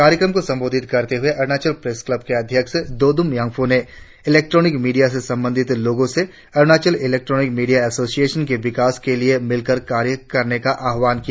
कार्यक्रम को संबोधित करते हुए अरुणाचल प्रेस क्लब के अध्यक्ष दोदुम यांग्फों ने इलेक्ट्रोनिक मीडिया से संबंधित लोगों से अरुणाचल इलेक्ट्रोनिक मीडिया एसोसिएशन के विकास के लिए मिलकर कार्य करने का आह्वान किया